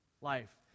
life